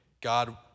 God